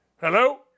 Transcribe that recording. Hello